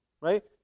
right